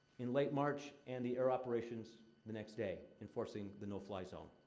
in late march and the air operations the next day, enforcing the no-fly zone.